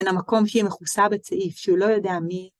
למקום. היא מכוסה בצעיף, שהוא לא יודע מי היא